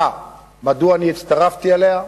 מדוע אני הצטרפתי אליה,